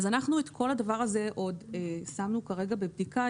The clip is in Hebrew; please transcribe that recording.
אז את כל הדבר הזה שמנו כרגע בבדיקה.